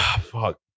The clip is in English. fuck